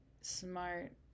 smart